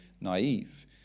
naive